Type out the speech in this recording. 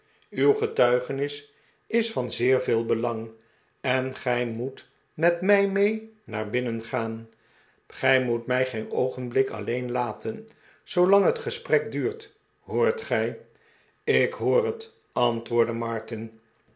uw getuigenis is van zeer veel belang en gij moet met mij mee naar binnen gaan gij moet mij geen oogenblik alleen laten zoolang het gesprek duurt hoort gij ik hoor het antwoordde martin